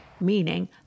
meaning